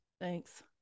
Thanks